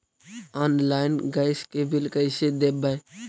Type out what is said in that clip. Online gas के bill कैसे देबै?